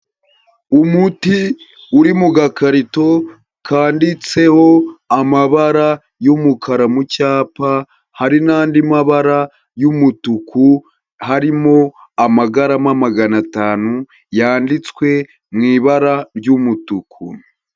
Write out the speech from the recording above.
Umuti uri mu gakarito kandiwanditseho amabara y'umukara mu cyapa hari n'andi mabara y'umutuku harimo amagarama magana atanu yanditswe mu ibara ry'umutuku.